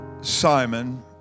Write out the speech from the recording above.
Simon